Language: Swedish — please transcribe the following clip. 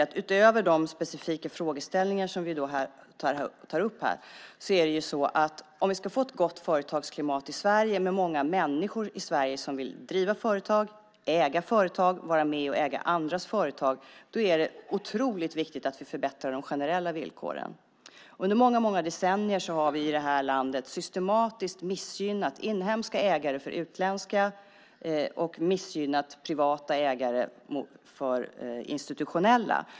Utöver de specifika frågeställningar som vi tar upp här vill jag säga följande. Om vi ska få ett gott företagsklimat i Sverige med många människor i Sverige som vill driva företag, äga företag och vara med och äga andras företag är det otroligt viktigt att vi förbättrar de generella villkoren. Under många decennier har vi i det här landet missgynnat inhemska ägare gentemot utländska och missgynnat privata ägare gentemot institutionella.